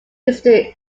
eastern